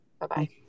Bye-bye